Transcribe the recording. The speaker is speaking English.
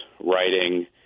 writing